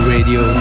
Radio